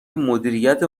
مدیریت